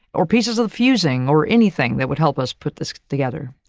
or pieces of the fusing, or anything that would help us put this together.